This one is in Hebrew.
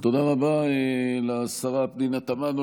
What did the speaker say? תודה רבה לשרה פנינה תמנו.